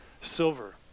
silver